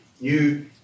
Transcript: new